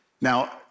Now